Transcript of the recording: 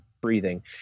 breathing